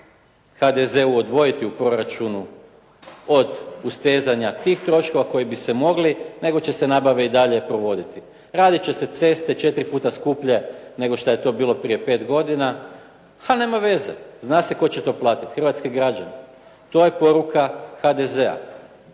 HDZ-u odvojiti u proračunu od ustezanja tih troškova koji bi se mogli, nego će se nabave i dalje provoditi. Radit će se ceste četiri puta skuplje nego što je to bilo prije pet godina. A nema veze, zna se tko će to platiti, hrvatski građani. To je poruka HDZ-a